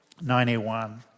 91